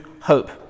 hope